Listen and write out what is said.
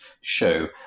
show